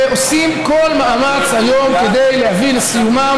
ועושים כל מאמץ היום כדי להביא לסיומם